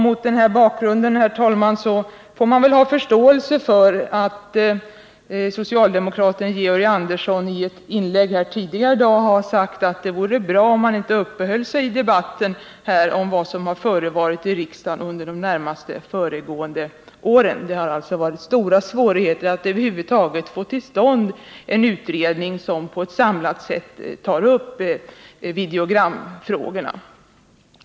Mot denna bakgrund, herr talman, får man väl ha förståelse för att socialdemokraten Georg Andersson i ett inlägg här tidigare i dag har sagt att det vore bra om man inte i debatten uppehöll sig vid vad som förevarit i riksdagen på detta område under de närmast föregående åren. Det har alltså varit stora svårigheter att över huvud taget få till stånd en utredning som på ett samlat sätt tar upp videogramfrågorna.